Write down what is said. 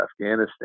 Afghanistan